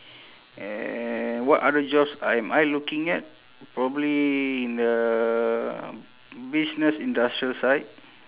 and what other jobs am I looking at probably in the business industrial side